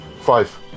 Five